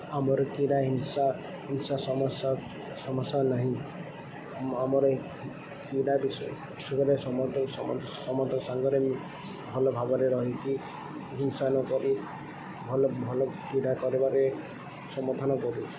ଆମର କ୍ରୀଡ଼ା ହିଂସା ହିଂସା ସମସ୍ୟା ସମସ୍ୟା ନାହିଁ ଆମର କ୍ରୀଡ଼ା ବିଷୟରେ ସମସ୍ତ ସମସ୍ତ ସାଙ୍ଗରେ ଭଲ ଭାବରେ ରହିକି ହିଂସା ନକରି ଭଲ ଭଲ କ୍ରୀଡ଼ା କରିବାରେ ସମର୍ଥନ କରୁ